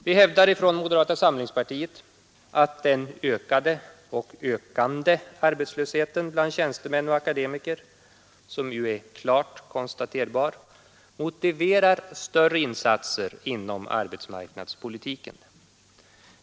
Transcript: Vi hävdar från moderata samlingspartiet att den ökade och ökande arbetslösheten bland tjänstemän och akademiker, som ju är klart konstaterbar, motiverar större insatser inom arbetsmarknadspolitiken.